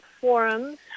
forums